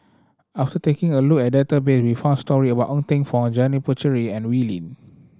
after taking a look at the database we found story about Ng Teng Fong Janil Puthucheary and Wee Lin